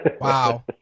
Wow